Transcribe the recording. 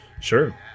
Sure